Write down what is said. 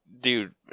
Dude